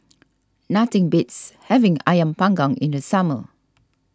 nothing beats having Ayam Panggang in the summer